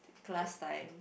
class time